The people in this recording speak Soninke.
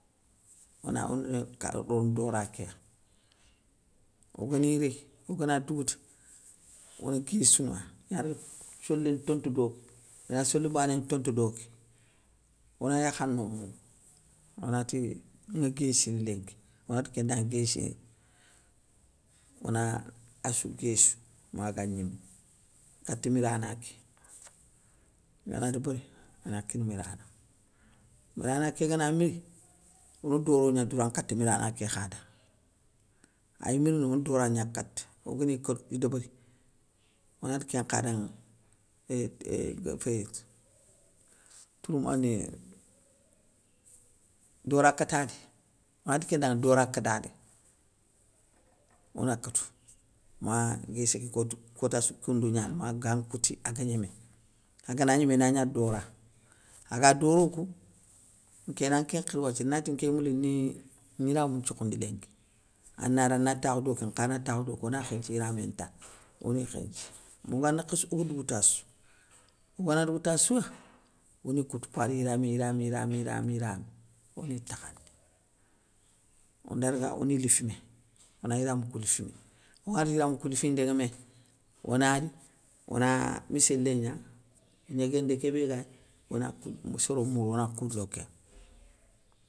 Ona one kar rono dora kéya, ogani réy, ogana dougouta, ona guéssouna, inadaga solé ntonte doké. ina solé bané ntote doké, ona yakhanou, onati ŋa guéssini lénki, onati kéndanŋa guéssiyé, ona assou guéssou maga gnémé, kati mirana ké, yo ana débéri ana kine mirana, mirana ké gana miri, ono doro gna doura nkata mirana ké khada, ay mirini ono dora gna kata, ogani kotou, i débéri, onati kén nkha danŋa euuhh dora kata ké onati kén ndanŋa dora kadadé, ona katou ma guéssé ké kotou, kotassou koundou gnani, ma gan nkouti aga gnémé, agana gnémé, inagna dora, aga doro kou, nké na nké nkhiri wathia, nati nkéy moule ni gniramou nthiokhoundi lénki, anari ana takhou doké nkha na takhou doké ona khénthié yiramé nta, oni khénthié, mogana khéssou ogadougoutassou, ogana dougoutassoua, oni koutou par yiramé yiramé yiramé yiramé yiramé, oni takhandi, onda daga oni lifimé, ona ona yiramou kou lifimé, ona yiramou kou lifimé, oganadougouta yiramou kou lifindénŋamé, ona ri ona missélé gna. néguéndé kébé gayéy, ona moussorou mourou ona kou lo kénŋa.